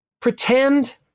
pretend